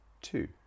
two